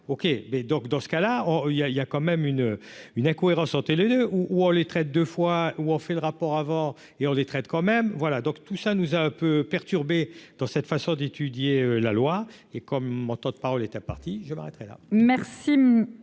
OK, mais donc dans ce cas-là on il y a, il y a quand même une une incohérence deux où on les traite de fois où on fait le rapport avant et on les traite quand même voilà donc tout ça nous a un peu perturbé dans cette façon d'étudier la loi et comme mon temps de parole partie je m'arrêterai là.